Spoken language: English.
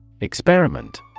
Experiment